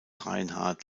reinhardt